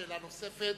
שאלה נוספת,